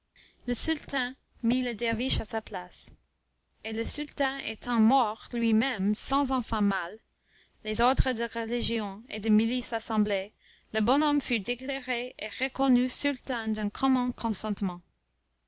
le derviche à sa place et le sultan étant mort lui-même sans enfants mâles les ordres de religion et de milice assemblés le bon homme fut déclaré et reconnu sultan d'un commun consentement